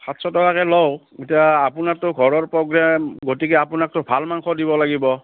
সাতশ টকাকে লওঁ এতিয়া আপোনাৰ ঘৰৰ প্ৰগ্ৰেম গতিকে আপোনাকতো ভাল মাংস দিব লাগিব